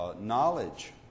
Knowledge